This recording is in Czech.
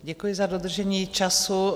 Děkuji za dodržení času.